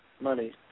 money